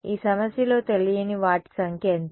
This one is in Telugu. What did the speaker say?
ఈ సమస్యలో తెలియని వాటి సంఖ్య ఎంత